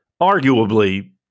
arguably